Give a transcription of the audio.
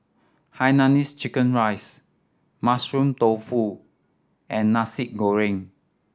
hainanese chicken rice Mushroom Tofu and Nasi Goreng